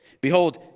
Behold